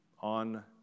on